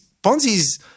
Ponzi's –